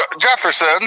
Jefferson